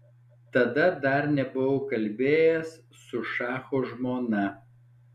tada dar nebuvau kalbėjęs su šacho žmona